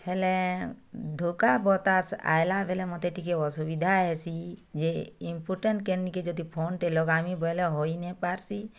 ହେଲେଁ ଧୋକା ବତାସ ଆଇଲା ବେଲେ ମତେ ଟିକିଏ ଅସୁବିଧା ହେସି ଯେ ଇମ୍ପୋଟାଣ୍ଟ କେନ ନିକେ ଯଦି ଫୋନଟେ ଲଗାମି ବୋଇଲେ ହୋଇ ନେଇଁ ପାରସି